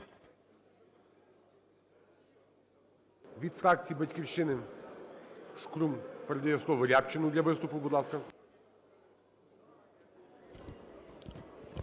Від фракції "Батьківщина" Шкрум передає слово Рябчину для виступу. Будь ласка.